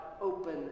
open